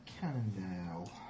Cannondale